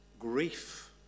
Grief